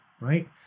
right